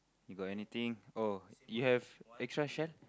you got anything oh you have extra shell